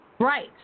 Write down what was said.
Right